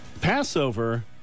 Passover